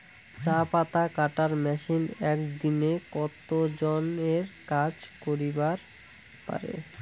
চা পাতা কাটার মেশিন এক দিনে কতজন এর কাজ করিবার পারে?